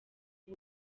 ubu